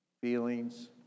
feelings